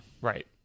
Right